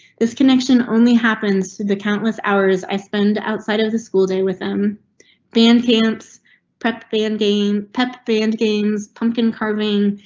this connection only happens to the countless hours i spend outside of the school day with them band camps prep than gain pep, band games, pumpkin carving,